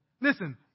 Listen